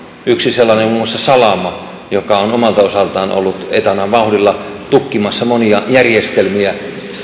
yksi sellainen on muun muassa salama joka on omalta osaltaan ollut etanan vauhdilla tukkimassa monia järjestelmiä